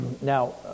Now